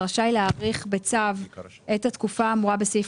רשאי להאריך בצו את התקופה האמורה בסעיף